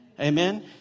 Amen